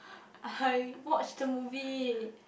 I watched the movie